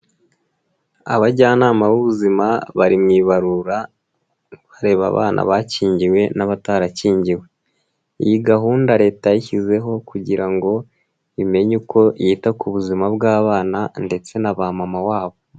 Abajyanama b'ubuzima bari mu ibarura bareba abana bakingiwe n'abatarakingiwe, iyi gahunda leta yashyizeho kugira ngo imenye uko yita ku buzima bw'abana ndetse na bamama wabo.